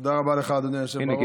תודה רבה לך, אדוני היושב-ראש.